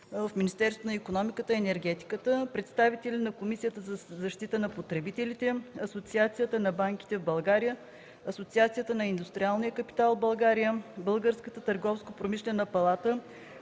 в Министерство на икономиката и енергетиката, представители на Комисията за защита на потребителите, Асоциацията на банките в България, Асоциацията на индустриалния капитал в България, Българската търговско-промишлена палата,